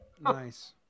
Nice